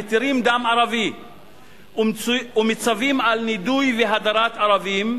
המתירים דם ערבי ומצווים על נידוי והדרה של ערבים,